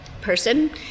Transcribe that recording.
person